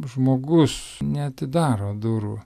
žmogus neatidaro durų